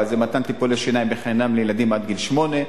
אבל זה מתן טיפולי שיניים חינם לילדים עד גיל שמונה,